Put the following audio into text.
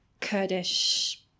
Kurdish